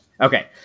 Okay